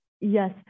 Yes